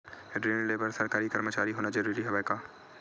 ऋण ले बर सरकारी कर्मचारी होना जरूरी हवय का?